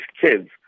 kids